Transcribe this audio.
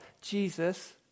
Jesus